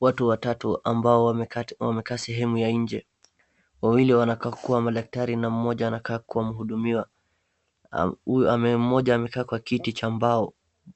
Watu watatu ambao wamekaa sehemu ya nje. Wawili wanakaa kuwa madaktari na mmoja anakaa kuwa mhudumiwa. Mmoja amekaa kwa kiti cha mbao.